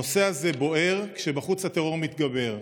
הנושא הזה בוער כשבחוץ הטרור מתגבר.